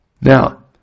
Now